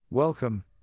Welcome